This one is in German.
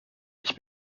ich